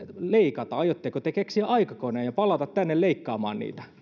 leikata aiotteko te keksiä aikakoneen ja palata tänne leikkaamaan niitä